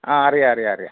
ആ അറിയാം അറിയാം അറിയാം